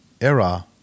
error